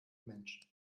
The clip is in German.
menschen